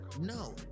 No